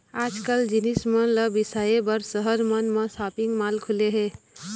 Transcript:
आजकाल जिनिस मन ल बिसाए बर सहर मन म सॉपिंग माल खुले हे